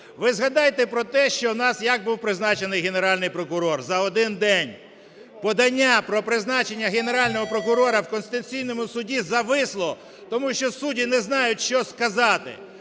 Ви згадайте про те, що у нас, як був призначений Генеральний прокурор. За один день. Подання про призначення Генерального прокурора в Конституційному Суді зависло. Тому що судді не знають, що сказати.